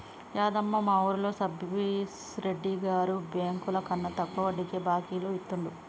యాదమ్మ, మా వూరిలో సబ్బిరెడ్డి గారు బెంకులకన్నా తక్కువ వడ్డీకే బాకీలు ఇత్తండు